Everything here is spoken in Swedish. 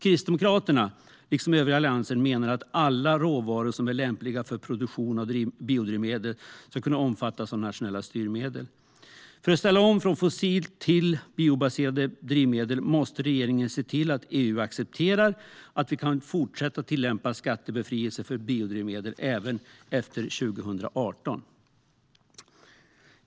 Kristdemokraterna, liksom övriga Alliansen, menar att alla råvaror som är lämpliga för produktion av biodrivmedel ska kunna omfattas av nationella styrmedel. För att ställa om från fossila till biobaserade drivmedel måste regeringen se till att EU accepterar att vi kan fortsätta tillämpa skattebefrielse för biodrivmedel även efter 2018.